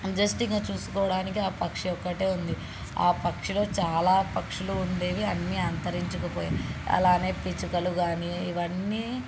just ఇంకా చూసుకోవడానికి ఆ పక్షి ఒక్కటే ఉంది ఆ పక్షిలో చాలా పక్షులు ఉండేవి అన్నీ అంతరించుకుపోయినాయి అలానే పిచ్చుకలు గానీ ఇవన్నీ